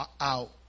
out